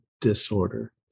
disorder